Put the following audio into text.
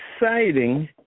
exciting